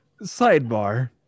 Sidebar